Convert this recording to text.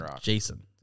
Jason